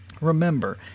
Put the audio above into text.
remember